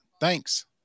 Thanks